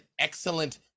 excellent